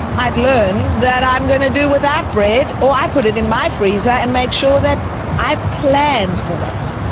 i'd learn that i'm going to do without bread or i put it in my freezer and make sure that i've planned for that.